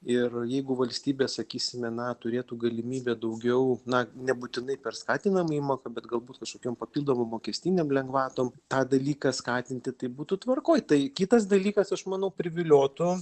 ir jeigu valstybė sakysime na turėtų galimybę daugiau na nebūtinai per skatinamąją įmoką bet galbūt kažkokiom papildomom mokestinėm lengvatom tą dalyką skatinti tai būtų tvarkoj tai kitas dalykas aš manau priviliotų